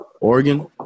Oregon